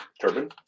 Turban